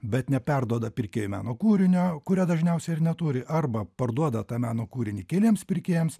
bet neperduoda pirkėjui meno kūrinio kurio dažniausiai ir neturi arba parduoda tą meno kūrinį keliems pirkėjams